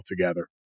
together